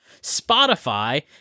Spotify